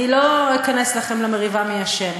אני לא אכנס לכם למריבה מי אשם.